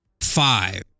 five